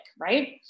right